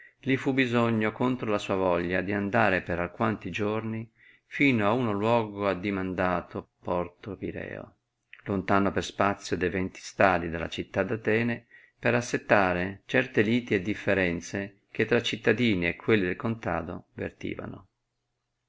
li fu bisogno contra la sua voglia di andare per alquanti giorni fino ad uno luogo addimandato porto pireo lontano per spazio de venti stadi dalla città d atene per assettare certe liti e differenze che tra cittadini e quelli del contado vertivano